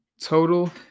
Total